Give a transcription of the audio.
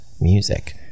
music